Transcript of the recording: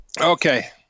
okay